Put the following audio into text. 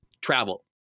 Travel